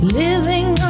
living